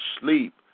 sleep